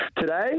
Today